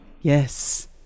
Yes